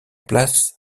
place